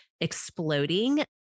exploding